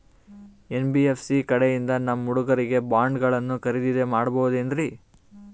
NBFC ಕಡೆಯಿಂದ ನಮ್ಮ ಹುಡುಗರಿಗೆ ಬಾಂಡ್ ಗಳನ್ನು ಖರೀದಿದ ಮಾಡಬಹುದೇನ್ರಿ?